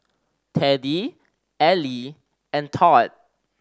Teddy Ellie and Tod